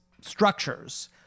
structures